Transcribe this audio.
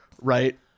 Right